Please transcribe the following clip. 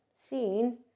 seen